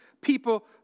people